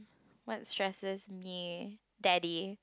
what stresses me daddy